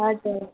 हजुर